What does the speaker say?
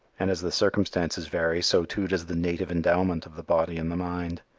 and as the circumstances vary so too does the native endowment of the body and the mind.